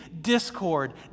discord